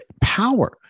power